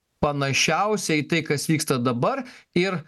panašiausia į tai kas vyksta dabar ir